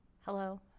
Hello